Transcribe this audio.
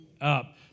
up